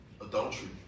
Adultery